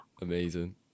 amazing